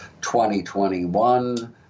2021